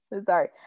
sorry